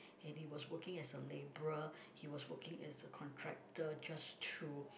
and he was working as a labourer he was working as a contractor just to